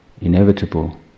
inevitable